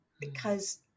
because-